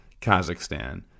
Kazakhstan